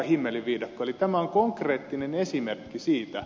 eli tämä on konkreettinen esimerkki siitä